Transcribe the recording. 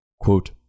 Quote